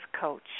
coach